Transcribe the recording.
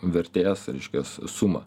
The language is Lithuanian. vertės reiškias sumą